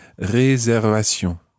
Réservation